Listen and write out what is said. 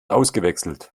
ausgewechselt